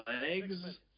legs